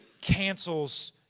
cancels